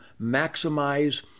maximize